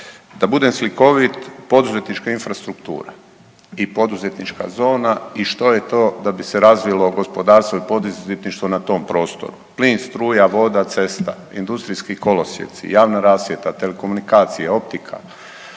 Da budem slikovit poduzetnička infrastruktura i poduzetnička zona i što je to da bi se razvilo i poduzetništvo na tom prostoru, plin, struja, voda, cesta, industrijski kolosijeci, javna rasvjeta, telekomunikacija, optika,